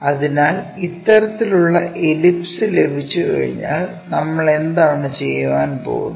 അതിനാൽ ഇത്തരത്തിലുള്ള എലിപ്സ് ലഭിച്ചുകഴിഞ്ഞാൽ നമ്മൾ എന്താണ് ചെയ്യാൻ പോകുന്നത്